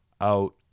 out